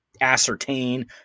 ascertain